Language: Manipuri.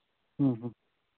ꯎꯝ ꯍꯨꯝ